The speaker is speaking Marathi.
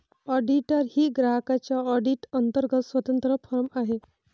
ऑडिटर ही ग्राहकांच्या ऑडिट अंतर्गत स्वतंत्र फर्म आहे